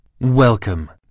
Welcome